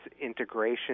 integration